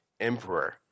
emperor